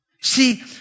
See